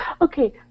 okay